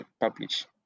publish